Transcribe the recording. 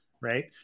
right